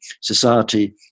society